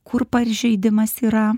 kur pažeidimas yra